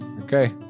okay